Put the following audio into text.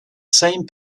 same